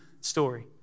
story